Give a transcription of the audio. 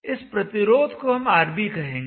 इस प्रतिरोध को हम RB कहेंगे